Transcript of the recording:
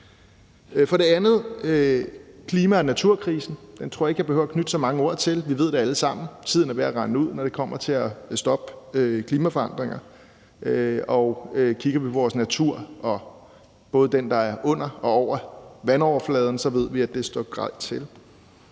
For det andet er der klima- og naturkrisen. Den tror jeg ikke jeg behøver at knytte så mange ord til. Vi ved det alle sammen. Tiden er ved at rinde ud, når det kommer til at stoppe klimaforandringer. Og kigger vi på vores natur, både den, der er under og over vandoverfladen, så ved vi, at det står grelt til.